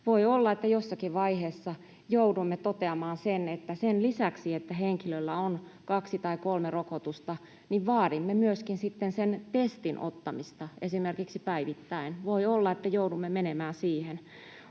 Voi olla, että jossakin vaiheessa joudumme toteamaan sen, että sen lisäksi, että henkilöllä on kaksi tai kolme rokotusta, vaadimme myöskin sitten sen testin ottamista esimerkiksi päivittäin. Voi olla, että joudumme menemään siihen.